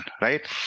right